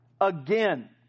again